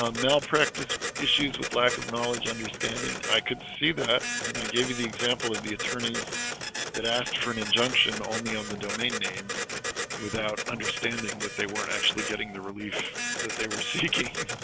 ah malpractice issues with lack of knowledge understanding i could see that you know i gave you the example of the attorneys that asked for an injunction only on the domain name without understanding that they weren't actually getting the relief that they were seeking